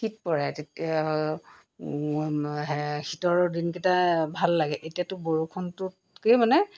শীত পৰে তেতিয়া শীতৰ দিনকেইটা ভাল লাগে এতিয়াতো বৰষুণটোতকৈ মানে